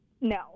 No